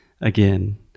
again